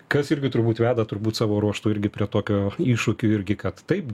kas irgi turbūt veda turbūt savo ruožtu irgi prie tokio iššūkio irgi kad taip